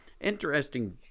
Interesting